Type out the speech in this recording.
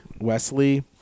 Wesley